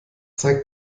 zeigt